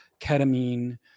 ketamine